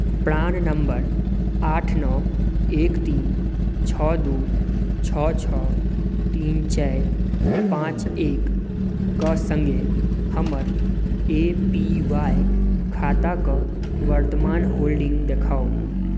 प्राण number आठ नओ एक तीन छओ दू छओ छओ तीन चारि पाँच एक कऽ सङ्गे हमर ए पी वाई खाताक वर्तमान होल्डिंग देखाउ